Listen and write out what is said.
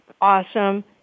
awesome